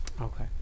Okay